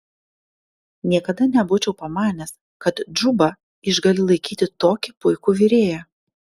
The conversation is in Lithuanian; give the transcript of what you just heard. niekada nebūčiau pamanęs kad džuba išgali laikyti tokį puikų virėją